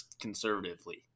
conservatively